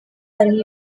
abarimu